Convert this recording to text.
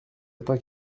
atteint